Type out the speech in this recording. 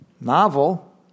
novel